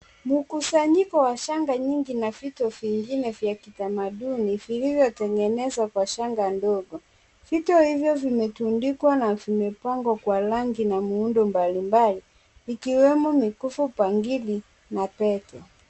Mkusanyiko wa shanga nyingi na vitu vingine vya kitamaduni, vilivyotengenezwa kwa shanga ndogo. Vitu hivyo vimetundikwa, na vimepangwa kwa rangi na muundo mbalimbali. Vikiwemo mikufu, bangili na pete.